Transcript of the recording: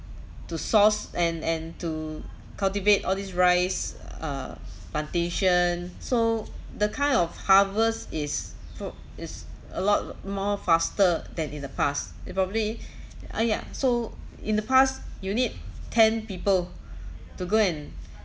to source and and to cultivate all these rice uh plantation so the kind of harvest is fu~ is a lot more faster than in the past it probably !aiya! so in the past you need ten people to go and